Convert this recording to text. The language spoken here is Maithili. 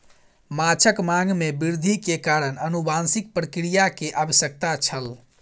माँछक मांग में वृद्धि के कारण अनुवांशिक प्रक्रिया के आवश्यकता छल